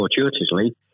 fortuitously